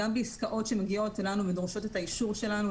גם בעסקאות שמגיעות אלינו ודורשות את האישור שלנו,